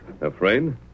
Afraid